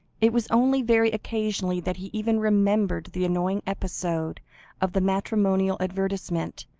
it was only very occasionally that he even remembered the annoying episode of the matrimonial advertisement,